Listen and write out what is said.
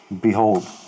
Behold